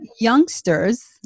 youngsters